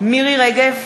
מירי רגב,